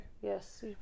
yes